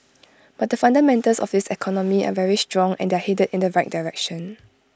but the fundamentals of this economy are very strong and they're headed in the right direction